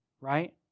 Right